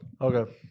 Okay